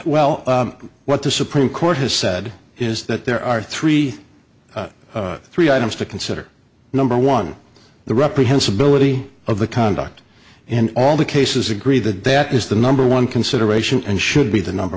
well what the supreme court has said is that there are three three items to consider number one the reprehensibly of the conduct and all the cases agree that that is the number one consideration and should be the number